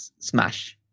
Smash